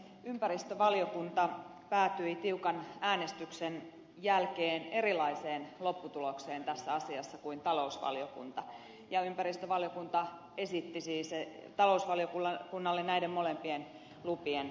ympäristövaliokunta päätyi tiukan äänestyksen jälkeen erilaiseen lopputulokseen tässä asiassa kuin talousvaliokunta ja ympäristövaliokunta esitti siis talousvaliokunnalle näiden molempien lupien hylkäämistä